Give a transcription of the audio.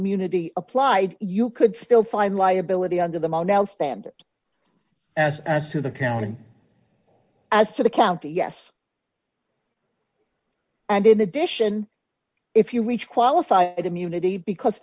immunity applied you could still find liability under the mon el standard as to the counting as to the count yes and in addition if you reach qualify immunity because